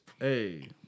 Hey